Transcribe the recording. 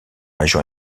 région